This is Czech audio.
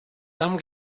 tam